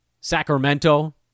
Sacramento